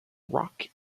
rock